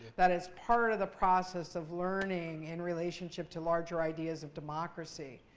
that is part of the process of learning in relationship to larger ideas of democracy.